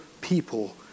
people